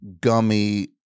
gummy